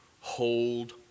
Hold